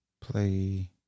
play